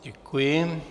Děkuji.